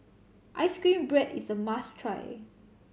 ice cream bread is a must try